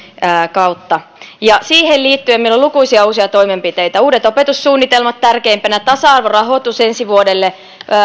kautta ja siihen liittyen meillä on lukuisia uusia toimenpiteitä uudet opetussuunnitelmat tärkeimpänä tasa arvorahoitus ensi vuodelle on